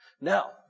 Now